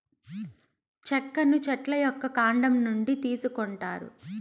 చెక్కను చెట్ల యొక్క కాండం నుంచి తీసుకొంటారు